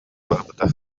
барбыта